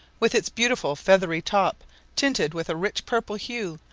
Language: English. with its beautiful feathery top tinted with a rich purple hue,